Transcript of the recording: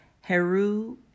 Heru